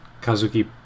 Kazuki